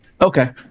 Okay